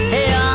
Hey